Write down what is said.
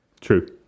True